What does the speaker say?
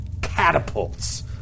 Catapults